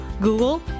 Google